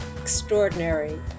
extraordinary